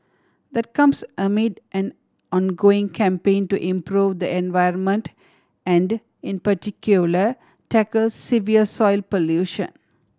that comes amid an ongoing campaign to improve the environment and in particular tackle severe soil pollution